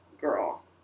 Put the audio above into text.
girl